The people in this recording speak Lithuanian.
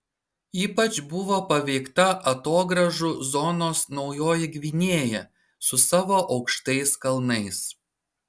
ypač buvo paveikta atogrąžų zonos naujoji gvinėja su savo aukštais kalnais